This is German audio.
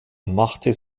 machte